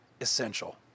essential